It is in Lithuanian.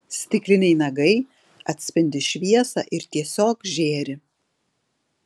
stikliniai nagai atspindi šviesą ir tiesiog žėri